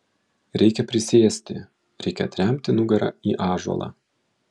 reikia prisėsti reikia atremti nugarą į ąžuolą